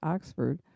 Oxford